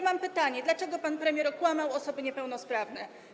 Mam pytanie: Dlaczego pan premier okłamał osoby niepełnosprawne?